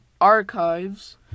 archives